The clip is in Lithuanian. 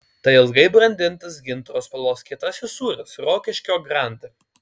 tai ilgai brandintas gintaro spalvos kietasis sūris rokiškio grand